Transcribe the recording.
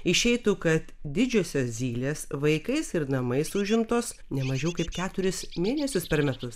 išeitų kad didžiosios zylės vaikais ir namais užimtos ne mažiau kaip keturis mėnesius per metus